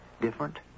different